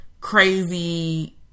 crazy